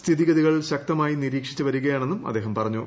സ്ഥിതിഗതികൾ ശക്തമായി നിരീക്ഷിച്ച് വരികയാണെന്നും അദ്ദേഹം പറഞ്ഞു